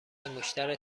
انگشتر